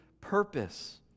purpose